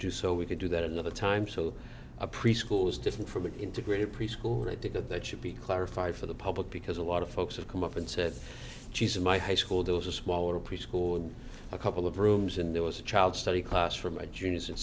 do so we could do that another time so a preschool is different from an integrated preschool and i think that that should be clarified for the public because a lot of folks have come up and said geez in my high school there was a smaller preschool a couple of rooms and there was a child study class for my juniors and